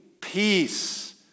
peace